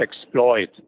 exploit